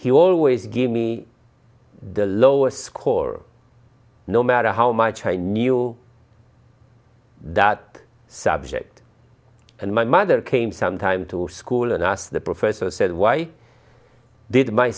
he always gave me the lower score no matter how much i knew that subject and my mother came some time to school and asked the professor said why did my